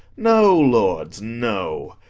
no, lords, no.